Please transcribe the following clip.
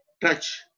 touch